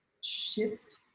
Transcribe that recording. shift